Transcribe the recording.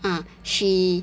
uh she